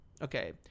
Okay